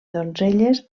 donzelles